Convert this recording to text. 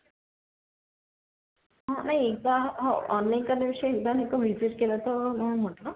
हा नाही एकदा हो ऑनलाइन करण्याविषयी एकदा नाही का विजिट केलं होतं म्हणून म्हटलं